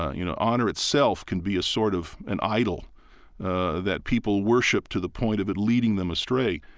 you know, honor itself can be a sort of an idol ah that people worship to the point of it leading them astray.